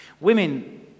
Women